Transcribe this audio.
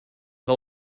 que